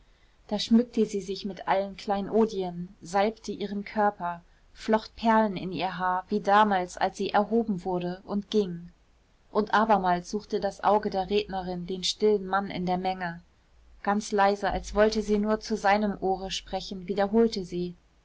da schmückte sie sich mit allen kleinodien salbte ihren körper flocht perlen in ihr haar wie damals als sie erhoben wurde und ging und abermals suchte das auge der rednerin den stillen mann in der menge ganz leise als wollte sie nur zu seinem ohre sprechen wiederholte sie